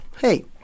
hey